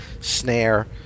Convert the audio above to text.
snare